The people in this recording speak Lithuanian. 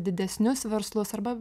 didesnius verslus arba